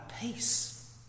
peace